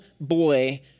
boy